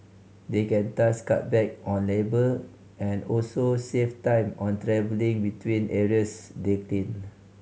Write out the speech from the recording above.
they can thus cut back on labour and also save time on travelling between areas they clean